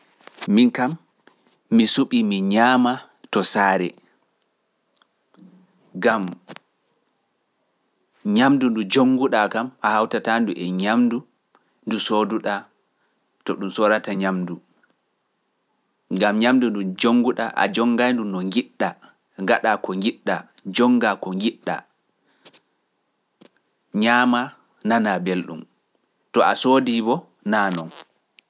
Min kam, mi suɓii mi ñaama to saare, ngam ñaamdu ndu jonnguɗaa kam a hawtataandu e ñaamdu ndu sooduɗaa to ɗum sorata ñaamdu, ngam ñaamdu ndu jonnguɗaa a jonngaandu no njiɗɗaa, ngaɗa ko njiɗɗaa, jonnga ko njiɗɗaa, ñaama nanaa belɗum, to a soodi bo naa noon.